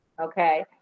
okay